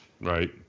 Right